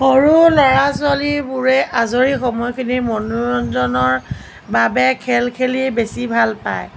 সৰু ল'ৰা ছোৱালীবোৰে আজৰি সময়খিনি মনোৰঞ্জনৰ বাবে খেল খেলি বেছি ভাল পায়